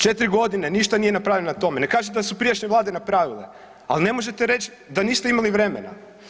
4 g. ništa nije napravljeno na tome, ne kažem da su prijašnje Vlade napravile ali ne možete reći da niste imali vremena.